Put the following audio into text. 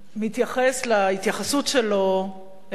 ההתייחסות שלו אל הפוליטיקה,